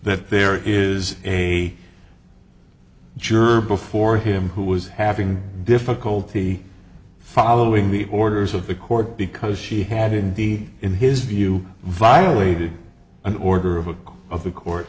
that there is a jerk before him who was having difficulty following the orders of the court because she had indeed in his view violated an order of a code of the court